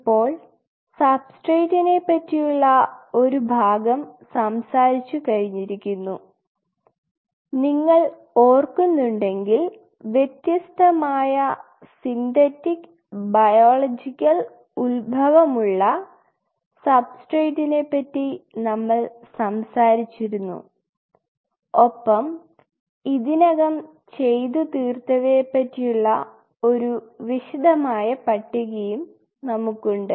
ഇപ്പോൾ സബ്സ്ട്രേറ്റ്റ്റിനെ പറ്റിയുള്ള ഒരു ഭാഗം സംസാരിച്ചു കഴിഞ്ഞിരിക്കുന്നു നിങ്ങൾ ഓർക്കുന്നണ്ടെങ്കിൽ വ്യത്യസ്തമായ സിന്തറ്റിക് ബയോളജിക്കൽ ഉത്ഭവം ഉള്ള സബ്സ്ട്രേറ്റ്റ്റിനെ പറ്റി നമ്മൾ സംസാരിച്ചിരുന്നു ഒപ്പം ഇതിനകം ചെയ്തു തീർത്തവയെ പറ്റിയുള്ള ഒരു വിശദമായ പട്ടികയും നമുക്കുണ്ട്